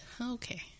Okay